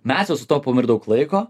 mes jau sutaupom ir daug laiko